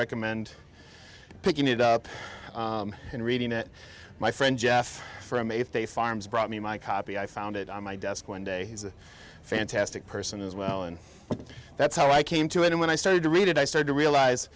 recommend picking it up and reading it my friend jeff from if they farms brought me my copy i found it on my desk one day he's a fantastic person as well and that's how i came to him when i started to read it i start to realize